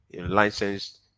licensed